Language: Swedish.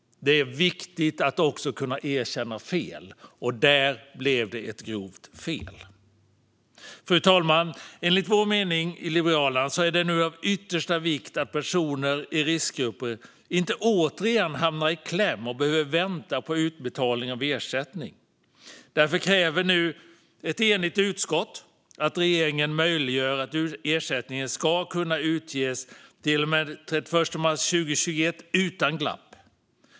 Det är viktigt att också kunna erkänna fel, och där blev det ett grovt fel. Fru talman! Enligt vår mening i Liberalerna är det nu av yttersta vikt att personer i riskgrupper inte återigen hamnar i kläm och behöver vänta på utbetalning av ersättning. Därför kräver nu ett enigt utskott att regeringen möjliggör att ersättningen utges till och med den 31 mars 2021 utan glapp.